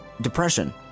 depression